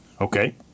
Okay